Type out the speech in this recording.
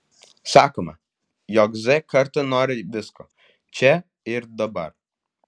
sakoma jog z karta nori visko čia ir dabar